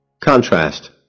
Contrast